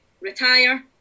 retire